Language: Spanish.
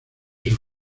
sus